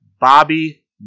Bobby